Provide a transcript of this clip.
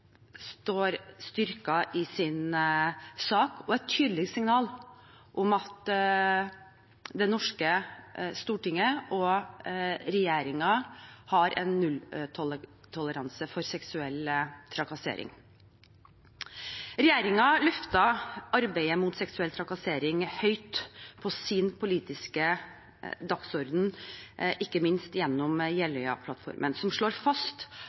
står styrket i sin sak, og et tydelig signal om at det norske storting og regjeringen har en nulltoleranse for seksuell trakassering. Regjeringen løftet arbeidet mot seksuell trakassering høyt på sin politiske dagsorden ikke minst gjennom Jeløya-plattformen, som slår fast